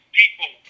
people